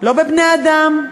לא בבני-אדם,